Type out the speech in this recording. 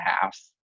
half